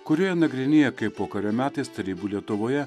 kurioje nagrinėja kaip pokario metais tarybų lietuvoje